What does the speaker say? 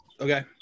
Okay